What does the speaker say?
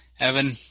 Evan